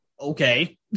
Okay